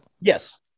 yes